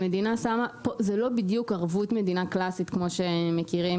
זה לא בדיוק ערבות מדינה קלאסית כמו שמכירים